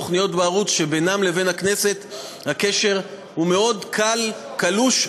תוכניות שבינן לבין הכנסת הקשר הוא מאוד קלוש,